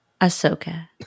ahsoka